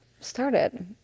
started